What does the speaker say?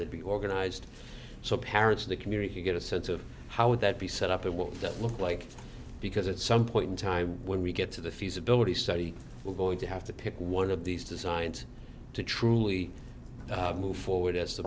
they'd be organized so parents of the community can get a sense of how would that be set up and what that looks like because at some point in time when we get to the feasibility study we're going to have to pick one of these to signed to truly move forward as the